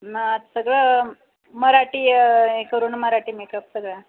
ना सगळं मराठी हे करू ना मराठी मेकअप सगळा